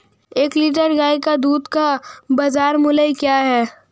एक लीटर गाय के दूध का बाज़ार मूल्य क्या है?